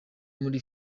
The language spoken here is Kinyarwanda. muri